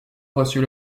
reçut